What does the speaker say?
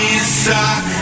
inside